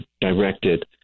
directed